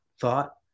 thought